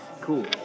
Cool